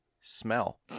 smell